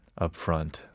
upfront